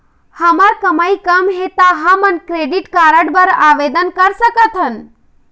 हमर कमाई कम हे ता हमन क्रेडिट कारड बर आवेदन कर सकथन?